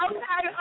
Okay